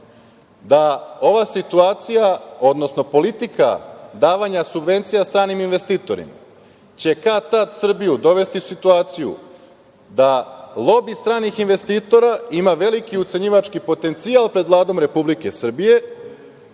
da ova situacija, odnosno politika davanja subvencija stranim investitorima će kad-tad Srbiju dovesti u situaciju da lobi stranih investitora ima veliki ucenjivački potencijal pred Vladom Republike Srbije,